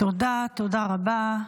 תודה רבה.